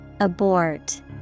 Abort